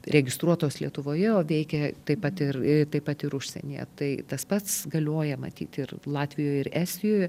registruotos lietuvoje o veikia taip pat ir taip pat ir užsienyje tai tas pats galioja matyt ir latvijoj ir estijoj